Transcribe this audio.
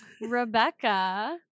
Rebecca